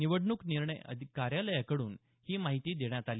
निवडणूक अधिकारी कार्यालयाकड्रन ही माहिती देण्यात आली